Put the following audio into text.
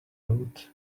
road